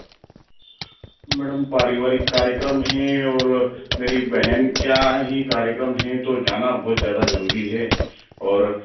madam पारिवारिक कार्यक्रम है और मेरी बहन के यहाँ ही कार्यक्रम है तो जाना बोहौत ज़्यादा ज़रूरी है और